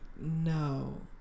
No